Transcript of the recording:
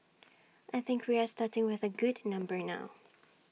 I think we are starting with A good number now